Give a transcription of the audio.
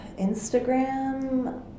Instagram